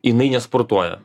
jinai nesportuoja